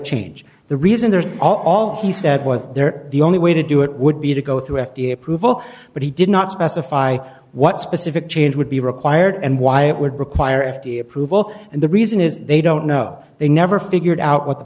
change the reason there's all he said was there the only way to do it would be to go through f d a approval but he did not specify what specific change would be required and why it would require f d a approval and the reason is they don't know they never figured out what the